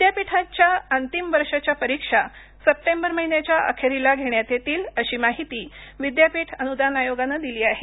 विद्यापीठांच्या अंतिम वर्षाच्या परीक्षा सप्टेंबर महिन्याच्या अखेरीला घेण्यात येतील अशी माहिती विद्यापीठ अनुदान आयोगानं दिली आहे